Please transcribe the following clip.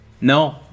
No